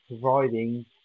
providing